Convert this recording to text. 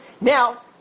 Now